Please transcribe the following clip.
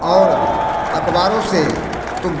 और अख़बारों से तो